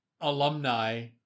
alumni